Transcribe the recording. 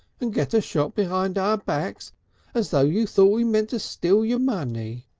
and get a shop behind our backs as though you thought we meant to steal your money.